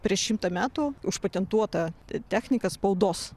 prieš šimtą metų užpatentuotą techniką spaudos